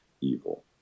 evil